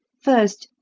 first,